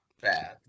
Bad